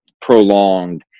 prolonged